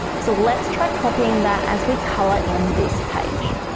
so let's try copying that as we color in this page.